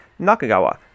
Nakagawa